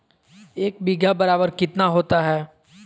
एक बीघा बराबर कितना होता है?